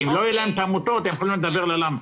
אם לא יהיה להן את העמותות, הן יוכלו לדבר ללמפות.